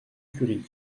curie